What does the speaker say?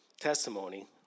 testimony